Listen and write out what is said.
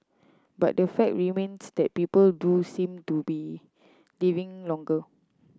but the fact remains that people do seem to be living longer